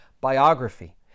biography